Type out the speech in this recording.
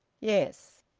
yes.